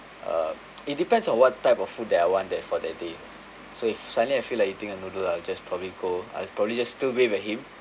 uh it depends on what type of food that I want that for that day so if suddenly I feel like eating a noodle I'll just probably go I'll probably just still wave at him